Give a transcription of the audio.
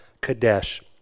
Kadesh